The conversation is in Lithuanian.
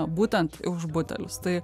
būtent už butelius tai